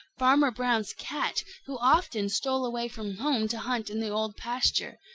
farmer brown's cat, who often stole away from home to hunt in the old pasture.